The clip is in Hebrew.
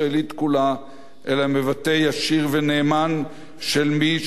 אלא מבטא ישיר ונאמן של מי שבכל דוד ודור